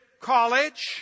college